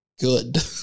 good